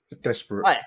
Desperate